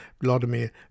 Vladimir